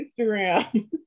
Instagram